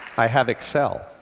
i have excel.